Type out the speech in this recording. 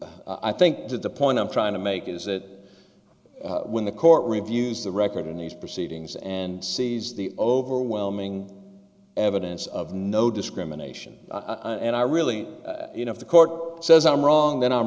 the i think that the point i'm trying to make is that when the court reviews the record in these proceedings and sees the overwhelming evidence of no discrimination and i really you know if the court says i'm wrong then i'm